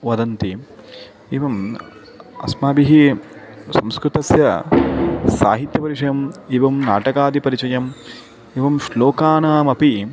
वदन्ति एवम् अस्माभिः संस्कृतस्य साहित्यविषयम् एवं नाटकादि परिचयम् एवं श्लोकानामपि